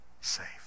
safe